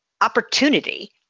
opportunity